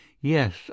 Yes